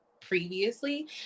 previously